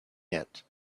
yet